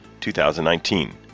2019